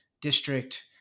district